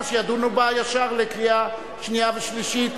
שידונו בה ישר לקריאה שנייה ושלישית.